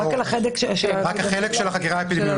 רק על החלק של החקירה האפידמיולוגית.